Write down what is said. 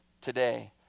today